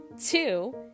Two